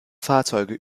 fahrzeuge